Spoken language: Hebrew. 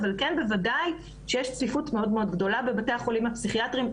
אבל בוודאי שיש צפיפות מאוד גדולה בבתי החולים הפסיכיאטריים.